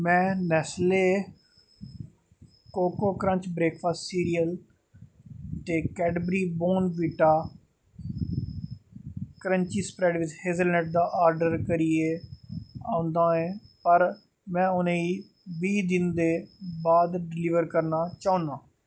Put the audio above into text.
में Nestle cocoa crunch breakfast cereal ते Cadbury Bournvita hazelnut समेत क्रंची स्प्रैड दा ऑर्डर करियै औंदा ऐ पर में उ'नें गी बीह् दिन दे बाद डिलीवर करना चाह्न्नां